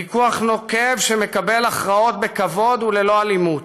לוויכוח נוקב שמקבל הכרעות בכבוד וללא אלימות.